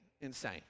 insane